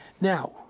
Now